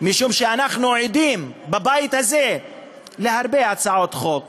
משום שאנחנו עדים בבית הזה להרבה הצעות חוק